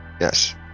Yes